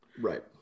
right